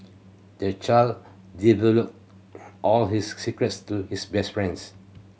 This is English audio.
the child divulged all his secrets to his best friends